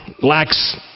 lacks